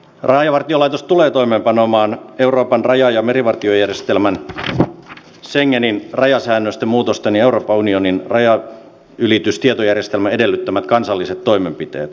rajavartiolaitos tulee toimeenpanemaan euroopan raja ja merivartiojärjestelmän schengenin rajasäännöstön muutosten ja euroopan unionin rajanylitystietojärjestelmän edellyttämät kansalliset toimenpiteet